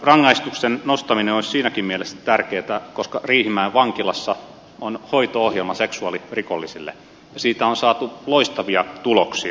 rangaistuksen nostaminen olisi siinäkin mielessä tärkeätä koska riihimäen vankilassa on hoito ohjelma seksuaalirikollisille ja siitä on saatu loistavia tuloksia